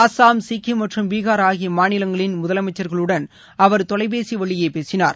அசாம் சிக்கிம் மற்றும் பீஹார் ஆகிய மாநிலங்களின் முதலமைச்சர்களுடன் அவர் தொலைபேசி வழியே பேசினார்